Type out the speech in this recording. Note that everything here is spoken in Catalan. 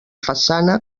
façana